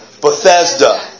Bethesda